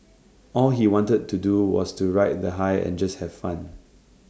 all he wanted to do was to ride the high and just have fun